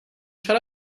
shut